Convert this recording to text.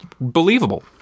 Believable